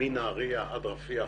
מנהריה ועד רפיח,